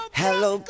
hello